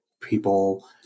people